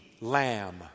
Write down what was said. lamb